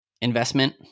investment